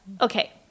okay